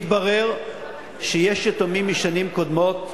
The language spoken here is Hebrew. מתברר שיש יתומים משנים קודמות,